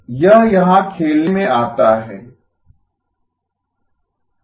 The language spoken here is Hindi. यह यहाँ खेल में आता है